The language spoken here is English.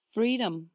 Freedom